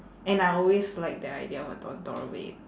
and I always like the idea of a bed